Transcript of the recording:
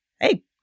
Hey